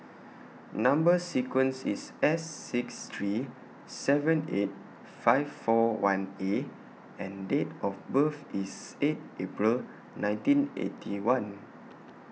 Number sequence IS S six three seven eight five four one A and Date of birth IS eight April nineteen Eighty One